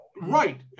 right